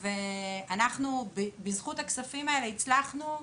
ובזכות הכספים האלה הצלחנו,